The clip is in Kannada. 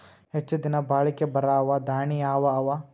ಹೆಚ್ಚ ದಿನಾ ಬಾಳಿಕೆ ಬರಾವ ದಾಣಿಯಾವ ಅವಾ?